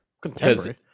Contemporary